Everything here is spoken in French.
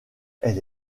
elle